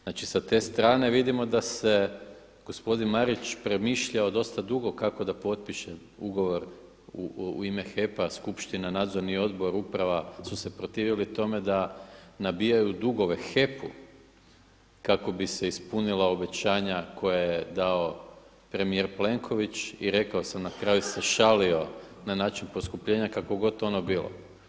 Znači sa te strane vidimo da se gospodin Marić premišljao dosta dugo kako da potpiše ugovor u ime HEP-a skupština, nadzorni odbor, uprava su se protivili tome da nabijaju dugove HEP-u kako bi se ispunila obećanja koja je dao premijer Plenković i rekao sam, na kraju se šalio na način poskupljenja kako god to ono bilo.